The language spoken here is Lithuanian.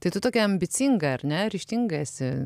tai tu tokia ambicinga ar ne ryžtinga esi